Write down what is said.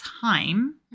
time